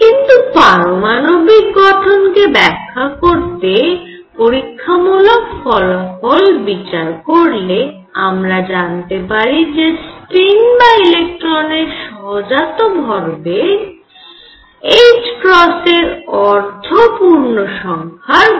কিন্তু পারমাণবিক গঠন কে ব্যাখ্যা করতে পরীক্ষামূলক ফলাফল বিচার করলে আমরা জানতে পারি যে স্পিন বা ইলেকট্রনের সহজাত ভরবেগ ও অর্ধ পূর্ণসংখ্যার গুণিতক হয়